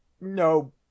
No